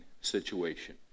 situation